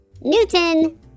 Newton